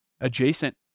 adjacent